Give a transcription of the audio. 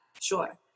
Sure